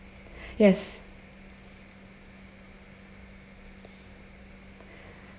yes